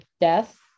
death